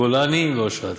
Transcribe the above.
גולני ואשרת.